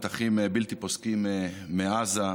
מטחים בלתי פוסקים מעזה,